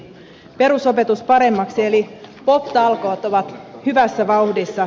perusopetus paremmaksi eli pop talkoot ovat hyvässä vauhdissa